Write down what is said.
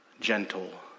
gentle